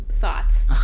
thoughts